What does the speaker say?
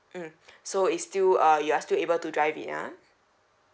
mm so is still uh you are still able to drive it ah